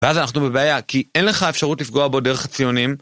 ואז אנחנו בבעיה כי אין לך האפשרות לפגוע בו דרך הציונים.